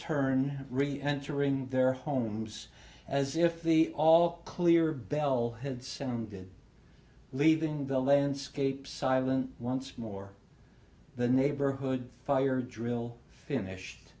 really entering their homes as if the all clear bell had sounded leaving the landscape silent once more the neighborhood fire drill finished